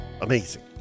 amazing